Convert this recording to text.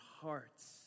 hearts